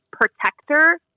protector